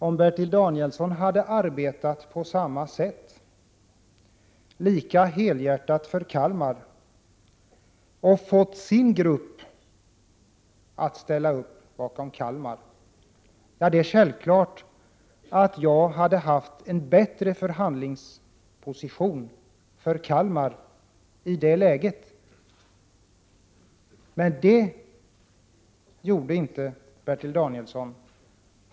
Om Bertil Danielsson hade arbetat lika helhjärtat för Kalmar och fått sin egen grupp att ställa upp för Kalmar, hade jag självfallet haft en bättre förhandlingsposition med Bertil Danielsson som stöd i ryggen. Men det gjorde inte Bertil Danielsson.